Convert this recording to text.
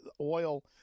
oil